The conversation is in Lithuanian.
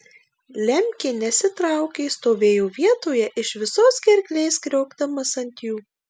lemkė nesitraukė stovėjo vietoje iš visos gerklės kriokdamas ant jų